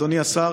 אדוני השר,